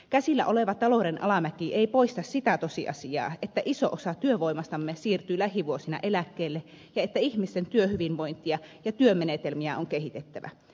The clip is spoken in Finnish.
käsillä oleva talouden alamäki ei poista sitä tosiasiaa että iso osa työvoimastamme siirtyy lähivuosina eläkkeelle ja että ihmisten työhyvinvointia ja työmenetelmiä on kehitettävä